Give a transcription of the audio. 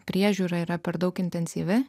priežiūra yra per daug intensyvi